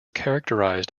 characterised